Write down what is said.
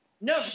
No